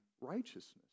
righteousness